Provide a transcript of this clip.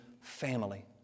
family